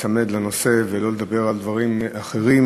להיצמד לנושא ולא לדבר על דברים אחרים.